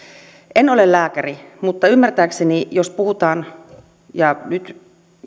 en ole lääkäri mutta ymmärtääkseni jos puhutaan ja nyt